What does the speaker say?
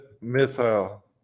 missile